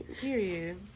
Period